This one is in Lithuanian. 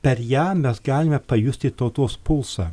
per ją mes galime pajusti tautos pulsą